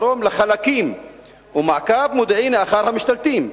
הדרום לחלקים ומעקב מודיעיני אחר המשתלטים.